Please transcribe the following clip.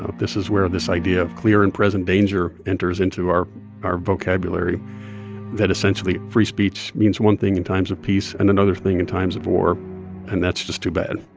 this is where this idea of clear and present danger enters into our our vocabulary that, essentially, free speech means one thing in times of peace and another thing in times of war and that's just too bad